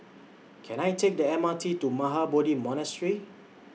Can I Take The M R T to Mahabodhi Monastery